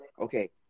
Okay